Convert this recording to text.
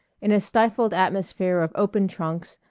in a stifled atmosphere of open trunks,